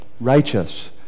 righteous